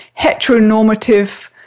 heteronormative